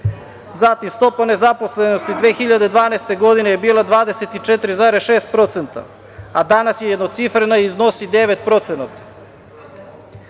Zatim, stopa nezaposlenosti 2012. godine je bila 24,6%, a danas je jednocifrena i iznosi 9%.